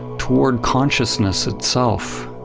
toward consciousness itself.